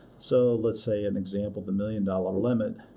so, let's say an example of the million-dollar limit,